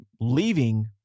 leaving